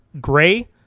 gray